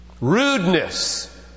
rudeness